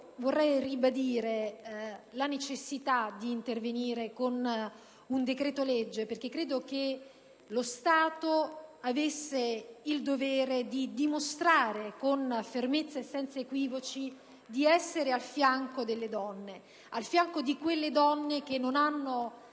vorrei ribadire la necessità di intervenire con un decreto‑legge perché credo che lo Stato avesse il dovere di dimostrare con fermezza e senza equivoci di essere a fianco di quelle donne che non hanno